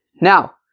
Now